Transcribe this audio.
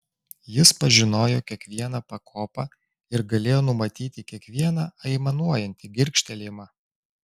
jis pažinojo kiekvieną pakopą ir galėjo numatyti kiekvieną aimanuojantį girgžtelėjimą